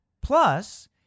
Plus